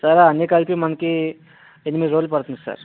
sir అన్నీ కలిపి మనకి ఎనిమిది రోజులు పడుతుంది సార్